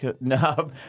no